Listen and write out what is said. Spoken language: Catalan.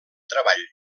treball